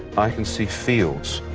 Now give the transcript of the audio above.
i can see fields,